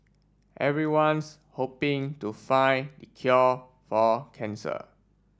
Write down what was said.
everyone's hoping to find the cure for cancer